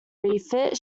refit